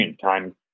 time